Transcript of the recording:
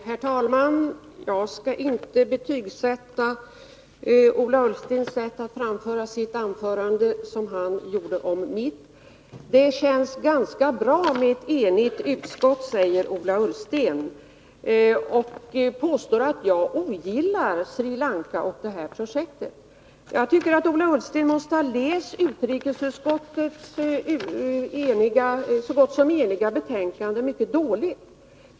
Herr talman! Jag skall inte betygsätta Ola Ullstens sätt att framföra sitt anförande, som han gjorde när det gällde mitt. Det känns ganska bra med ett enigt utskott, säger Ola Ullsten, och han påstår att jag ogillar Sri Lanka och detta projekt. Jag tycker att Ola Ullsten måste ha läst utrikesutskottets så gott som eniga betänkande mycket dåligt.